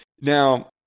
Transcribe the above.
Now